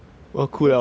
不客气 orh